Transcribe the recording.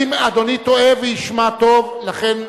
אדוני טועה וישמע טוב: לכן,